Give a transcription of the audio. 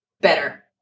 better